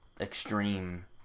extreme